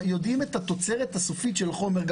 יודעים את התוצרת הסופית של החומר.